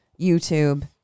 YouTube